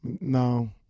no